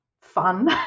fun